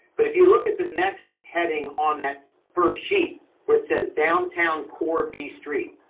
but if you look at the next heading on that first sheet where it says downtown core b street,